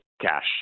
cash